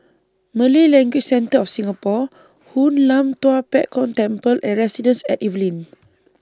Malay Language Centre of Singapore Hoon Lam Tua Pek Kong Temple and Residences At Evelyn